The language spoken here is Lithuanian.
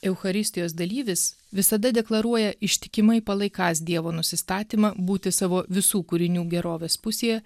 eucharistijos dalyvis visada deklaruoja ištikimai palaikąs dievo nusistatymą būti savo visų kūrinių gerovės pusėje